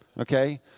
Okay